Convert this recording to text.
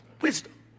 wisdom